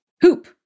hoop